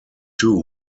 too